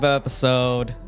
episode